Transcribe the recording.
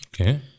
Okay